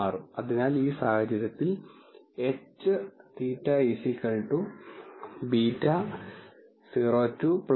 അതിനാൽ ഈ സാഹചര്യത്തിൽ h θ β02 β112β122